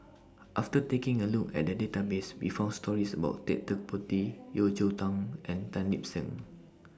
after taking A Look At The Database We found stories about Ted De Ponti Yeo Cheow Tong and Tan Lip Seng